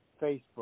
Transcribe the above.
Facebook